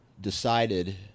decided